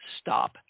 stop